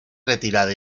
retirada